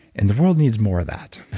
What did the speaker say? and the world needs more of that